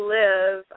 live